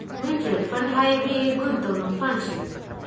mutual fund हाई भी एक गुंतवणूक फंड शे